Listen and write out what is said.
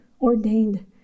ordained